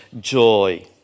joy